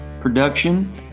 production